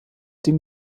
dem